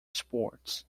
sports